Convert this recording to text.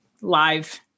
live